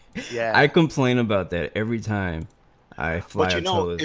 yeah i complain about that every time i fly you know